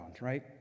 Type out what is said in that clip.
right